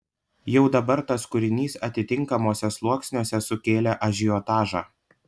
jau dabar tas kūrinys atitinkamuose sluoksniuose sukėlė ažiotažą